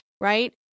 Right